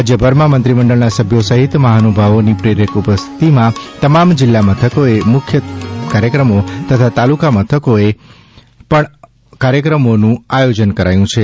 રાજ્યભારમાં મંત્રીમંડળના સભ્યો સહિત મહાનુભાવોની પ્રેરક ઉપસ્થિતિમાં તમામ જિલ્લા મથકોએ મુખ્ય કાર્યક્રમો તથા તાલુકા મથકોએ પણ કાર્યક્રમોનું આયોજન કરાયું છે